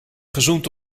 gezoend